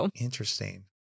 Interesting